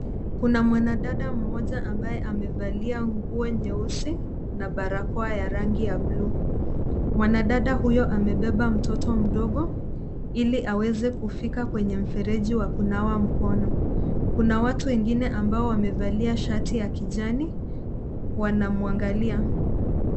Kuna mwanadada mmoja ambaye amevalia nguo nyeusi na barakoa ya rangi ya buluu. Mwanadada huyo amebeba mtoto mdogo ili aweze kufika kwenye mfereji wa kunawa mkono. Kuna watu wengine ambao wamevalia shati ya kijani, wanamwangalia.